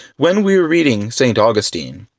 when we're reading st. augustine,